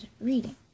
reading